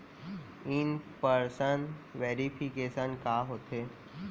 In person verification का होथे?